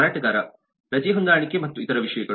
ಮಾರಾಟಗಾರ ರಜೆಹೊಂದಾಣಿಕೆ ಮತ್ತು ಇತರ ವಿಷಯಗಳು